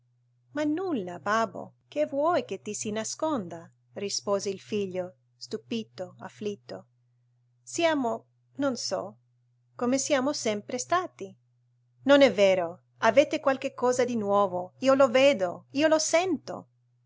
ma nulla babbo che vuoi che ti si nasconda rispose il figlio stupito afflitto siamo non so come siamo sempre stati non è vero avete qualche cosa di nuovo io lo vedo io lo sento